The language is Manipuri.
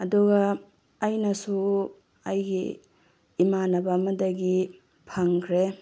ꯑꯗꯨꯒ ꯑꯩꯅꯁꯨ ꯑꯩꯒꯤ ꯏꯃꯥꯟꯅꯕ ꯑꯃꯗꯒꯤ ꯐꯪꯈ꯭ꯔꯦ